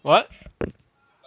what